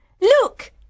look